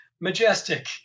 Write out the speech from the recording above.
majestic